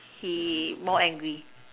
see more angry